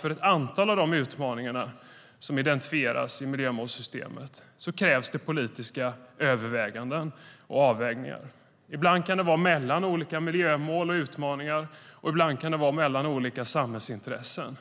För ett antal av utmaningarna som identifieras i miljömålssystemet krävs det politiska överväganden och avvägningar. Ibland kan det vara mellan olika miljömål och utmaningar och ibland mellan olika samhällsintressen.